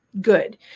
good